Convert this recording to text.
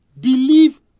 believe